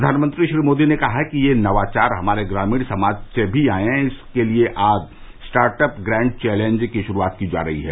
प्रघानमंत्री श्री मोदी ने कहा कि ये नवाचार हमारे ग्रामीण समाज से भी आयें इसीलिए आज स्टार्ट अप ग्रांड चैलेंज की शुरूआत की जा रही है